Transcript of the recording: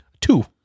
Two